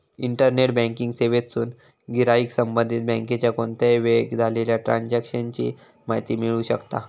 internet banking सेवेतसून गिराईक संबंधित बँकेच्या कोणत्याही वेळेक झालेल्या ट्रांजेक्शन ची माहिती मिळवू शकता